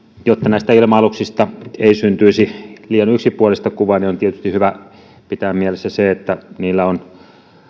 jotta näistä ilma aluksista ei syntyisi liian yksipuolista kuvaa on tietysti hyvä pitää mielessä se että niissä on